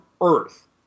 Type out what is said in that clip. Earth